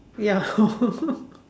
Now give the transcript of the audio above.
ya